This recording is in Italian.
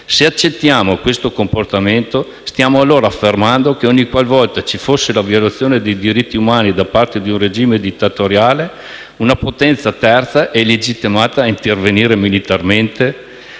se accettiamo questo comportamento, stiamo allora affermando che ogni qualvolta ci fosse la violazione dei diritti umani da parte di un regime dittatoriale, una potenza terza è legittimata a intervenire militarmente?